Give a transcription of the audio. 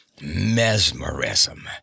Mesmerism